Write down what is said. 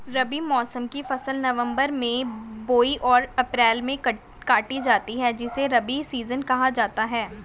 रबी मौसम की फसल नवंबर में बोई और अप्रैल में काटी जाती है जिसे रबी सीजन कहा जाता है